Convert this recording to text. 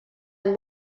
han